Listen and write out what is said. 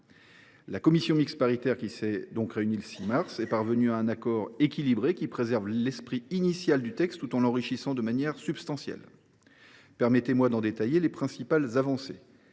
La commission mixte paritaire qui s’est réunie le 6 mars dernier est parvenue à un accord équilibré qui préserve l’esprit initial du texte tout en l’enrichissant de manière substantielle. Permettez moi d’en détailler les principales avancées.